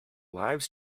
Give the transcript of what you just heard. lives